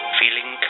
feeling